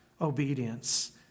obedience